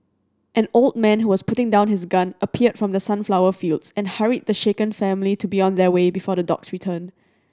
an old man who was putting down his gun appeared from the sunflower fields and hurried the shaken family to be on their way before the dogs return